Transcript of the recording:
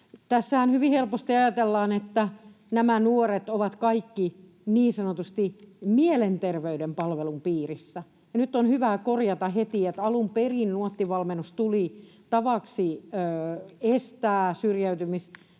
Tässähän hyvin helposti ajatellaan, että nämä nuoret ovat kaikki niin sanotusti mielenterveyden palvelun piirissä. Nyt on hyvä korjata heti, että alun perin Nuotti-valmennus tuli tavaksi estää syrjäytymisriskissä